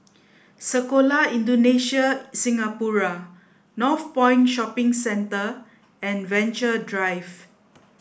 Sekolah Indonesia Singapura Northpoint Shopping Centre and Venture Drive